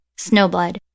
Snowblood